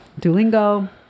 Duolingo